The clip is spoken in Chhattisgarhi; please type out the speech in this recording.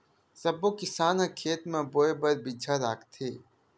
सब्बो किसान ह खेत म बोए बर बिजहा राखथे